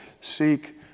seek